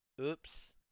oops